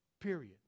Period